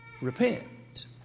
Repent